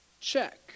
Check